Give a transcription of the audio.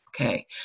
Okay